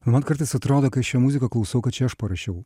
man kartais atrodo kai aš jo muziką klausau kad čia aš parašiau